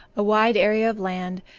a wide area of land,